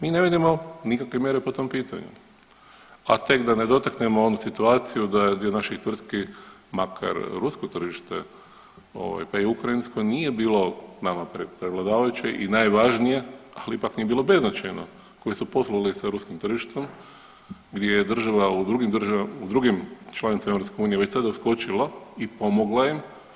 Mi ne vidimo nikakve mjere po tom pitanju, a tek da ne dotaknemo onu situaciju da je dio naših tvrtki makar rusko tržište pa i ukrajinsko nije bilo nama prevladavajuće i najvažnije, ali ipak nije bilo beznačajno koji su poslovali sa ruskim tržištem gdje je država u drugim članicama EU već sada uskočila i pomogla im.